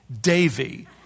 Davy